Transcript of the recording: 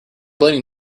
blaming